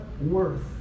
worth